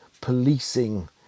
policing